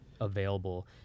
available